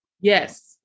Yes